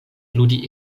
ludi